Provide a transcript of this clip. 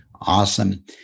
Awesome